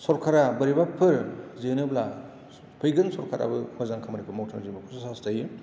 सरकारा बोरैबाफोर जेनोब्ला फैगोन सरकाराबो मोजां खामानिखौ मावथों जों बेखौसो हास्थाययो